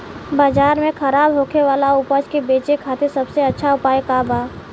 बाजार में खराब होखे वाला उपज के बेचे खातिर सबसे अच्छा उपाय का बा?